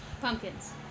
Pumpkins